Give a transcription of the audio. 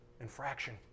infraction